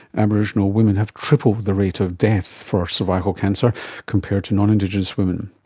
aboriginal women have triple the rate of death for cervical cancer compared to non-indigenous women.